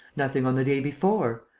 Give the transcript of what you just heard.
nothing on the day before,